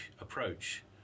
approach